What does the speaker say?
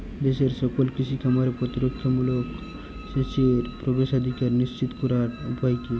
দেশের সকল কৃষি খামারে প্রতিরক্ষামূলক সেচের প্রবেশাধিকার নিশ্চিত করার উপায় কি?